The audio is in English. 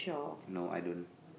no I don't